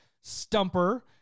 Stumper